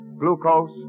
glucose